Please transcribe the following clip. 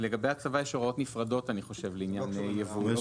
לגבי הצבא יש הוראות נפרדות לעניין יבוא,